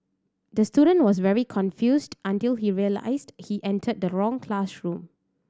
the student was very confused until he realised he entered the wrong classroom